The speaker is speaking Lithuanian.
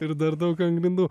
ir dar daug ant grindų